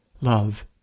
love